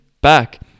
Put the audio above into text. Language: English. back